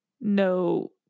no